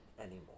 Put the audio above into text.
anymore